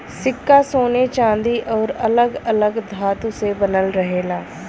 सिक्का सोने चांदी आउर अलग अलग धातु से बनल रहेला